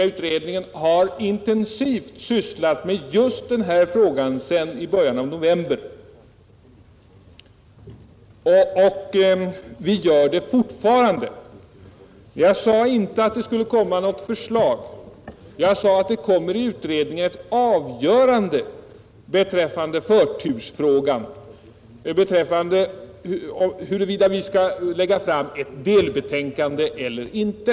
Utredningen har intensivt sysslat med just den frågan sedan i början av november förra året och gör det alltjämt. Sedan sade jag inte, herr Wiklund, att utredningen så småningom kommer att presentera ett förslag, utan jag sade att det i utredningen kommer till ett avgörande beträffande förtursfrågan, alltså huruvida vi skall lägga fram ett delbetänkande eller inte.